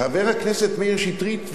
חבר הכנסת מאיר שטרית,